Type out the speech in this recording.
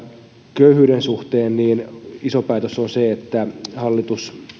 köyhyyden suhteen iso päätös on se että hallitus